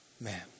man